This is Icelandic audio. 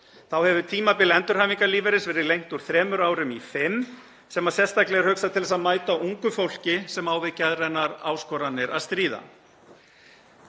Þá hefur tímabil endurhæfingarlífeyris verið lengt úr þremur árum í fimm sem sérstaklega er hugsað til þess að mæta ungu fólki sem á við geðrænar áskoranir að stríða.